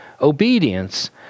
obedience